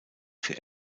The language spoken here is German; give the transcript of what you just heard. für